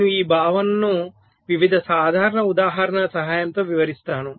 నేను ఈ భావనను వివిధ సాధారణ ఉదాహరణల సహాయంతో వివరిస్తాను